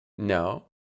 No